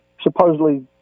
supposedly